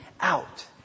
out